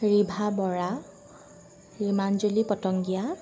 Riva Bora Rimanjali Patangia